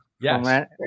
Yes